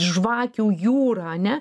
žvakių jūrą ane